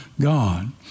God